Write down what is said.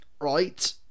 right